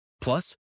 Plus